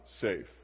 safe